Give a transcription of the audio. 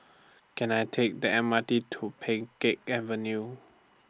Can I Take The M R T to Pheng Geck Avenue